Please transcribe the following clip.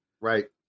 Right